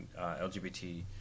LGBT